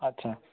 আচ্ছা